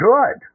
Good